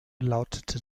lautete